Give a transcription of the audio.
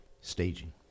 staging